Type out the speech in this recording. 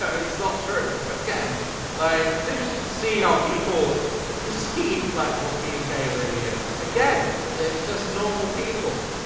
so it's not true again like, it's interesting to see how people perceive like what being gay really is again, it's just normal people.